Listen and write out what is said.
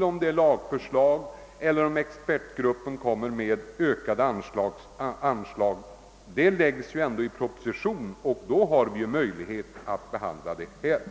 de frågor som behandlats av dem, oavsett om det rör sig om lagförslag eller om krav på ökade anslag. Förslagen framläggs ju i propositioner, och då får vi möjlighet att behandla dem här i riksdagen.